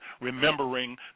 remembering